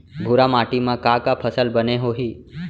भूरा माटी मा का का फसल बने होही?